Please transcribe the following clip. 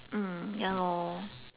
mm ya lor